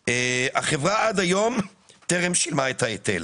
החברה עד היום טרם שילמה את ההיטל.